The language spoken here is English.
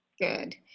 Good